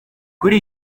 kuri